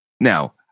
Now